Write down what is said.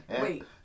Wait